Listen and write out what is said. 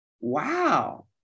Wow